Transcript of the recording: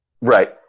Right